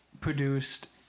produced